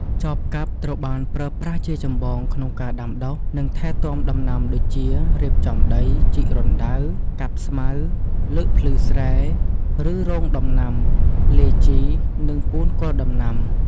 ចបកាប់ត្រូវបានប្រើប្រាស់ជាចម្បងក្នុងការដាំដុះ និងថែទាំដំណាំដូចជា រៀបចំដី ជីករណ្តៅ កាប់ស្មៅ លើកភ្លឺស្រែ ឬ រងដំណាំ លាយជីនិងពូនគល់ដំណាំ។